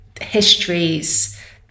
histories